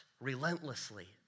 relentlessly